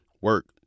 Work